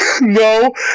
No